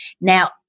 Now